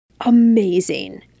Amazing